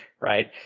right